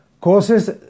causes